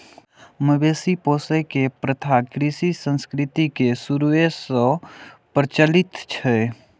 मवेशी पोसै के प्रथा कृषि संस्कृति के शुरूए सं प्रचलित छै